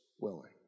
willing